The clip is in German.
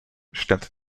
stand